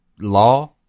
law